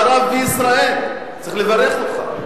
אתה רב בישראל, צריך לברך אותך.